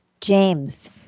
James